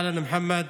אהלן, מוחמד,